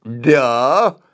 Duh